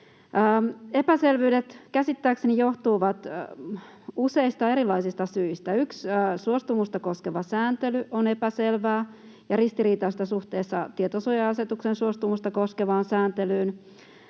Epäselvyydet käsittääkseni johtuvat useista erilaisista syistä: Ensinnäkin suostumusta koskeva sääntely on epäselvää ja ristiriitaista suhteessa tietosuoja-asetuksen suostumusta koskevaan sääntelyyn.